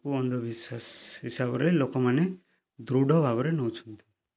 ଆକୁ ଅନ୍ଧ ବିଶ୍ଵାସ ହିସାବରେ ଲୋକମାନେ ଦୃଢ଼ ଭାବରେ ନେଉଛନ୍ତି